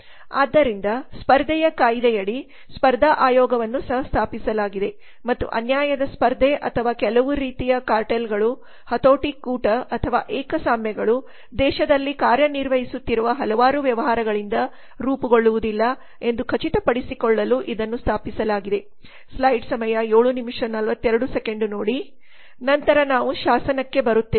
ಆದ್ದರಿಂದ ಸ್ಪರ್ಧೆಯ ಕಾಯಿದೆಯಡಿ ಸ್ಪರ್ಧಾ ಆಯೋಗವನ್ನು ಸಹ ಸ್ಥಾಪಿಸಲಾಗಿದೆ ಮತ್ತು ಅನ್ಯಾಯದ ಸ್ಪರ್ಧೆ ಅಥವಾ ಕೆಲವು ರೀತಿಯ ಕಾರ್ಟೆಲ್ಗಳು ಹತೋಟಿ ಕೂಟ ಅಥವಾ ಏಕಸ್ವಾಮ್ಯಗಳು 0738 ದೇಶದಲ್ಲಿ ಕಾರ್ಯನಿರ್ವಹಿಸುತ್ತಿರುವ ಹಲವಾರು ವ್ಯವಹಾರಗಳಿಂದ ರೂಪುಗೊಳ್ಳುವುದಿಲ್ಲ ಎಂದು ಖಚಿತಪಡಿಸಿಕೊಳ್ಳಲು ಇ ದನ್ನು ಸ್ಥಾಪಿಸಲಾಗಿದೆ ನಂತರ ನಾವು ಶಾಸನಕ್ಕೆ ಬರುತ್ತೇವೆ